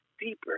deeper